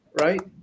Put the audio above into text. right